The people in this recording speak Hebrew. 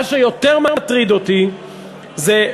מה שיותר מטריד אותי זה,